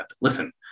listen